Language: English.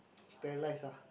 tell lies lah